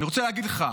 אני רוצה להגיד לך: